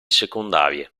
secondarie